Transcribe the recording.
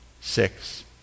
six